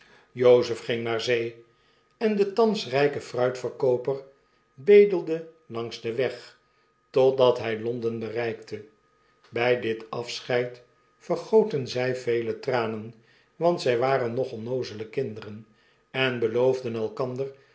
humphrey ging naar zee en de thans rpe fruitverkooper bedelde langs den weg totdat hy londen bereikte bij dit afscheid vergotenzy veletranen want zjj waren nog onnoozele kinderen enbeloofden elkander